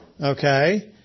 okay